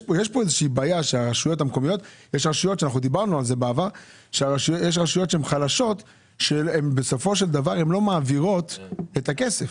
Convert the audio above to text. יש בעיה שרשויות הן חלשות ובסופו של דבר הן לא מעבירות את הכסף